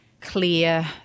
clear